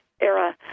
era